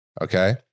Okay